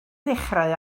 ddechrau